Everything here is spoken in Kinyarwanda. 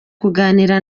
kuganira